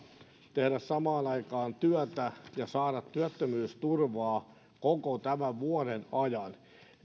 tehdä samaan aikaan työtä ja saada työttömyysturvaa koko tämän vuoden ajan